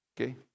Okay